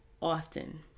Often